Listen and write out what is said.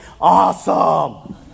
awesome